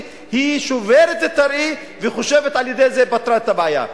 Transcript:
היא שוברת את הראי וחושבת שעל-ידי זה פתרה את הבעיה.